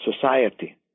society